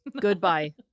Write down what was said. Goodbye